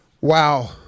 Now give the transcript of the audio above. Wow